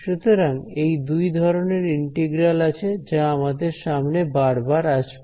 সুতরাং এই দুই ধরনের ইন্টিগ্রাল আছে যা আমাদের সামনে বারবার আসবে